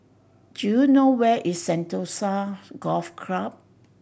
do you know where is Sentosa Golf Club